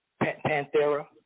Panthera